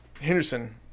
Henderson